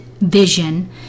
vision